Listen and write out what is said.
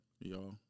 Y'all